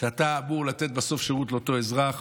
שאתה אמור לתת בסוף שירות לאותו אזרח.